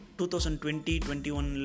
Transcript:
2020-21